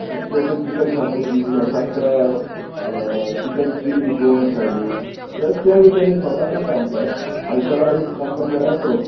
so तें chicken xacuti अशें आमकां चिकन चिली गोवन स्टायलीन तें बी सोदानाका आमकां आयतारा एक आमकां मेळ्ळ्या पुरो